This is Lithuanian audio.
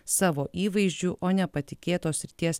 savo įvaizdžiu o ne patikėtos srities